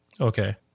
Okay